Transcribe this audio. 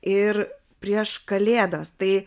ir prieš kalėdas tai